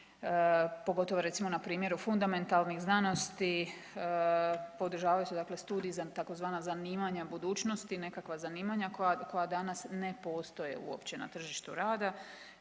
pogotovo recimo na primjeru fundamentalnih znanosti podržavaju se dakle studiji za tzv. zanimanja budućnosti, nekakva zanimanja koja danas ne postoje uopće na tržištu rada